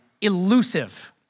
elusive